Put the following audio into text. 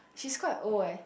she's quite old eh